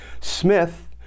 Smith